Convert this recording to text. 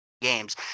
games